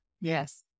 Yes